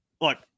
Look